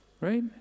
Right